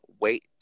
wait